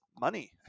money